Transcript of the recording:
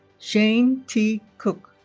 shane t. cook